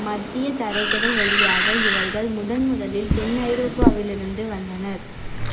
மத்திய தரைக்கடல் வழியாக இவர்கள் முதன் முதலில் தென் ஐரோப்பாவிலிருந்து வந்தனர்